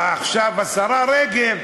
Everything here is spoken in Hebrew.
עכשיו השרה רגב,